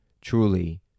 truly